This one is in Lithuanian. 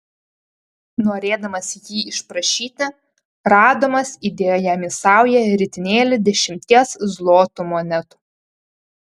norėdamas jį išprašyti radomas įdėjo jam į saują ritinėlį dešimties zlotų monetų